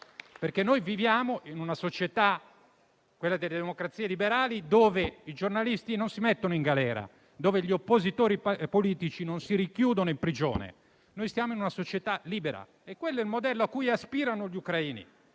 infatti, viviamo in una società, quella delle democrazie liberali, dove i giornalisti non si mettono in galera, dove gli oppositori politici non si rinchiudono in prigione. Noi siamo in una società libera e quello è il modello a cui aspirano gli ucraini.